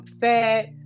fat